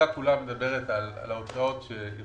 דיברתי עם אנשי משרד האוצר,